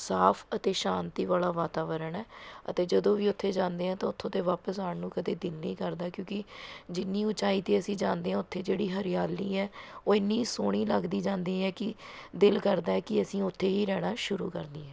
ਸਾਫ ਅਤੇ ਸ਼ਾਂਤੀ ਵਾਲ਼ਾ ਵਾਤਾਵਰਨ ਹੈ ਅਤੇ ਜਦੋਂ ਵੀ ਉੱਥੇ ਜਾਂਦੇ ਹਾਂ ਤਾਂ ਉੱਥੋਂ ਤੋਂ ਵਾਪਿਸ ਆਉਣ ਨੂੰ ਕਦੇ ਦਿਲ ਨਹੀਂ ਕਰਦਾ ਕਿਉਂਕਿ ਜਿੰਨੀ ਉੱਚਾਈ 'ਤੇ ਅਸੀਂ ਜਾਂਦੇ ਹਾਂ ਉੱਥੇ ਜਿਹੜੀ ਹਰਿਆਲੀ ਹੈ ਉਹ ਇੰਨੀ ਸੋਹਣੀ ਲੱਗਦੀ ਜਾਂਦੀ ਹੈ ਕਿ ਦਿਲ ਕਰਦਾ ਹੈ ਕਿ ਅਸੀਂ ਉੱਥੇ ਹੀ ਰਹਿਣਾ ਸ਼ੁਰੂ ਕਰ ਦਈਏ